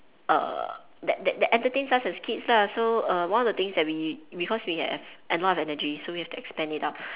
err that that that entertains us as kids lah so err one of the things that we because we have a lot of energy so we have to expand it out